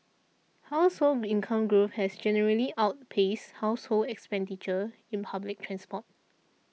household income growth has generally outpaced household expenditure in public transport